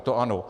To ano.